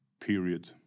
period